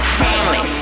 family